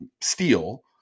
steel